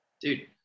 Dude